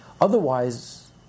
Otherwise